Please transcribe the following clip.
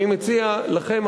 אני מציע לכם,